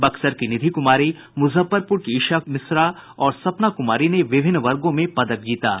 बक्सर की निधि कुमारी मुजफ्फरपुर की ईशा मिश्रा और सपना कुमारी ने विभिन्न वर्गों में पदक जीता है